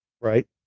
Right